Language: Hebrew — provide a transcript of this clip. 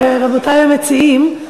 רבותי המציעים,